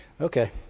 Okay